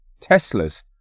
Teslas